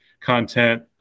content